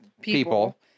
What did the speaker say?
people